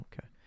Okay